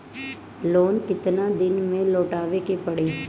Loan केतना दिन में लौटावे के पड़ी?